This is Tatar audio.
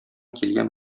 килгән